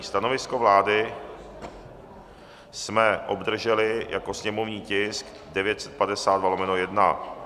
Stanovisko vlády jsme obdrželi jako sněmovní tisk 952/1.